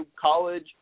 college